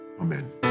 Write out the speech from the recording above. Amen